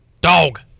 dog